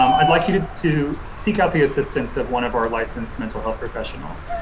um i'd like you to to seek out the assistance of one of our licensed mental health professionals.